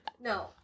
No